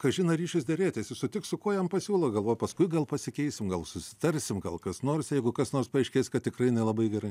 kažin ar ryšis derėtis jis sutiks su kuo jam pasiūlo galvoja paskui gal pasikeisim gal susitarsim gal kas nors jeigu kas nors paaiškės kad tikrai nelabai gerai